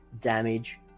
damage